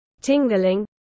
tingling